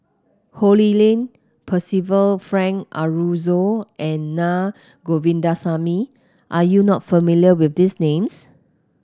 Ho Lee Ling Percival Frank Aroozoo and Naa Govindasamy are you not familiar with these names